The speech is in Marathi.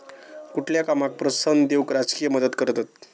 कुठल्या कामाक प्रोत्साहन देऊक राजकीय मदत करतत